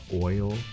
oil